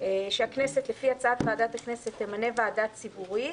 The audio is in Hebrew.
שהכנסת לפי הצעת ועדת הכנסת תמנה ועדה ציבורית,